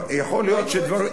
יכול להיות שדברים,